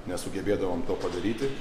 nesugebėdavom to padaryti